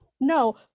no